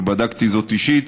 ובדקתי זאת אישית,